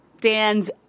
Dan's